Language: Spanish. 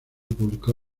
publicó